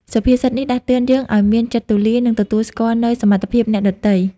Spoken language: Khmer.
សុភាសិតនេះដាស់តឿនយើងឲ្យមាន ចិត្តទូលាយ និង ទទួលស្គាល់នូវសមត្ថភាពអ្នកដទៃ។